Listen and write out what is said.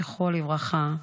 זכרו לברכה,